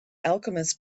alchemist